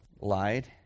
lied